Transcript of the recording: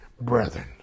brethren